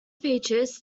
features